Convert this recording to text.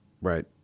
Right